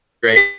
great